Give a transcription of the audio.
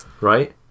right